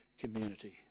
community